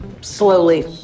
slowly